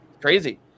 Crazy